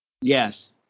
Yes